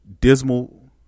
dismal